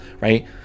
right